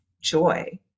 joy